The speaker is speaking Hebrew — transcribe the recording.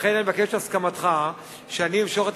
לכן אני אבקש את הסכמתך לכך שאני אמשוך את